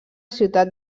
ciutat